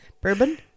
Bourbon